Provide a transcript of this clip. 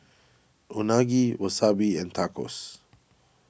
Unagi Wasabi and Tacos